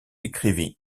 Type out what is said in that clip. écrivit